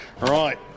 Right